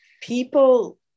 people